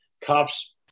cops